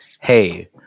Hey